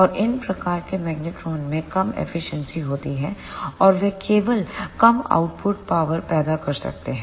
और इन प्रकार के मैग्नेट्रोन में कम एफिशिएंसी होती है और वे केवल कम आउटपुट पावर पैदा कर सकते हैं